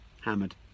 hammered